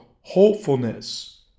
hopefulness